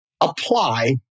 apply